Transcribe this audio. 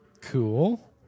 Cool